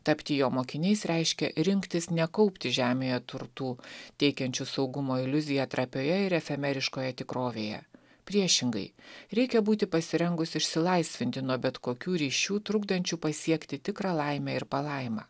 tapti jo mokiniais reiškia rinktis nekaupti žemėje turtų teikiančių saugumo iliuziją trapioje ir efemeriškoje tikrovėje priešingai reikia būti pasirengus išsilaisvinti nuo bet kokių ryšių trukdančių pasiekti tikrą laimę ir palaimą